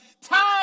time